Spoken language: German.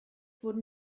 wurden